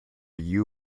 you